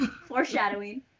Foreshadowing